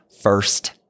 first